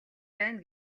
байна